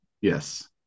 Yes